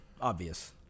obvious